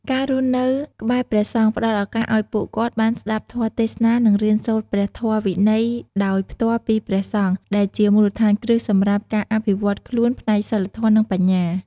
ការរស់នៅក្បែរព្រះសង្ឃផ្តល់ឱកាសឱ្យពួកគាត់បានស្តាប់ធម៌ទេសនា និងរៀនសូត្រព្រះធម៌វិន័យដោយផ្ទាល់ពីព្រះសង្ឃ ដែលជាមូលដ្ឋានគ្រឹះសម្រាប់ការអភិវឌ្ឍខ្លួនផ្នែកសីលធម៌ និងបញ្ញា។